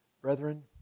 Brethren